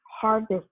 harvest